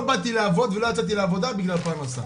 לא באתי לעבוד ולא יצאתי לעבודה בגלל פרנסה,